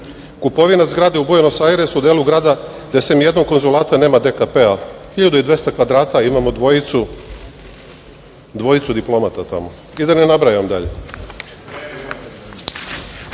Kupovina zgrade u Buenos Ajresu, delu grada gde se ni u jednom konzulatu nema DKP, 1200 kvadrata imamo dvojicu diplomata tamo i da ne nabrajam dalje. Na